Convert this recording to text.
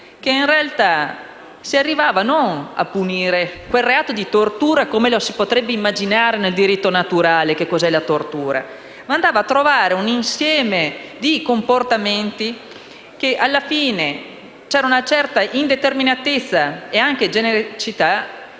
che in realtà non si arrivava a punire quel reato di tortura come lo si potrebbe immaginare nel diritto naturale, ma si andava a trovare un insieme di comportamenti per cui alla fine c'erano una certa indeterminatezza e genericità